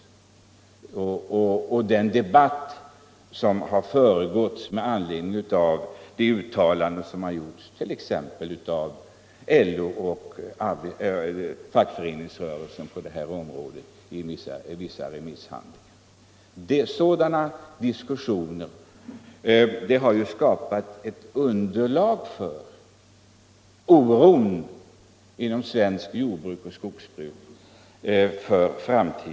Samma sak gäller t.ex. den debatt som dragits upp med anledning av det uttalande som LO och fackföreningsrörelsen gjort i vissa remisshandlingar. Sådana diskussioner har skapat underlag för oron för framtiden inom svenskt jordbruk och skogsbruk.